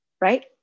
right